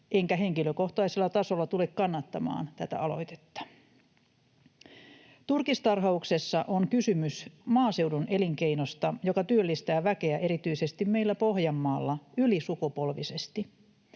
enkä henkilökohtaisella tasolla tule kannattamaan tätä aloitetta. Turkistarhauksessa on kysymys maaseudun elinkeinosta, joka työllistää väkeä erityisesti meillä Pohjanmaalla ylisukupolvisesti.